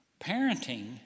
parenting